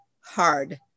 hard